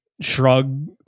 shrug